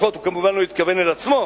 הוא כמובן לא התכוון לעצמו,